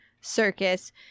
circus